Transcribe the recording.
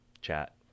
chat